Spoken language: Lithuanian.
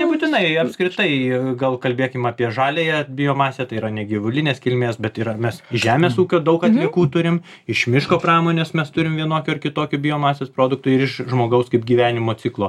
nebūtinai apskritai gal kalbėkim apie žaliąją biomasę tai yra ne gyvulinės kilmės bet ir ar mes iš žemės ūkio daug atliekų turim iš miško pramonės mes turim vienokių ar kitokių biomasės produktų ir iš žmogaus kaip gyvenimo ciklo